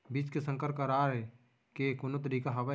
बीज के संकर कराय के कोनो तरीका हावय?